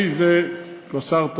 אסביר במילה, למי שלא מכיר.